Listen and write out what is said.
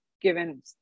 given